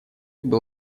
был